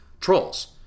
trolls